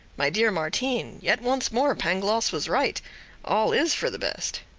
my dear martin, yet once more pangloss was right all is for the best.